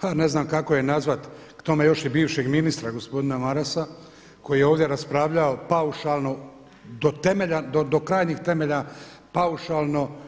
pa ne znam kako je nazvat k tome još i bivšeg ministra gospodina Marasa koji je ovdje raspravljao paušalno do temelja, do krajnjih temelja paušalno.